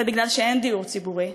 זה בגלל שאין דיור ציבורי.